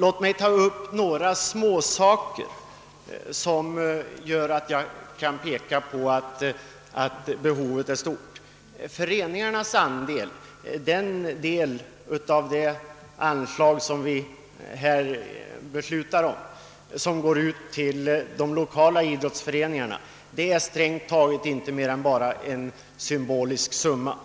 Låt mig bara ta upp några småsaker som visar att behovet är stort. Föreningarnas andel — den del av det anslag vi här beslutar som går ut till de lokala idrottsföreningarna — utgör strängt taget inte mer än en symbolisk summa.